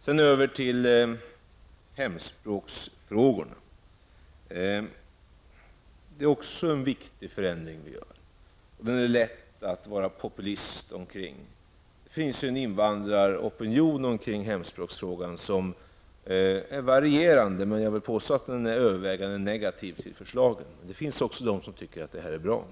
Också när det gäller hemspråksfrågorna gör vi en viktig förändring. Det är lätt att uppträda som populist i det sammanhanget. Invandraropinionen i hemspråksfrågan varierar, men jag vill påstå att den är övervägande negativ till förslaget. Det finns också personer som tycker att det är bra.